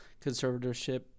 conservatorship